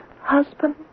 Husband